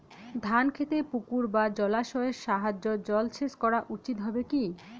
ধান খেতে পুকুর বা জলাশয়ের সাহায্যে জলসেচ করা উচিৎ হবে কি?